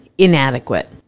Inadequate